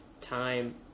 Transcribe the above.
time